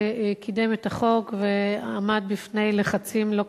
שקידם את החוק ועמד בפני לחצים לא קלים,